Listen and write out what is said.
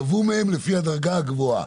גבו מהם לפי הדרגה הגבוהה.